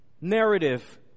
narrative